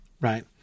right